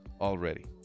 already